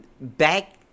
back